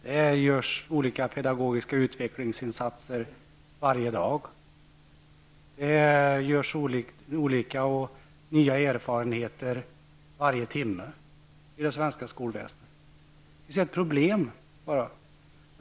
Det görs varje dag pedagogiska utvecklingsinsatser, och man gör varje timme nya erfarenheter i det svenska skolväsendet. Visst finns det problem.